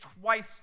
twice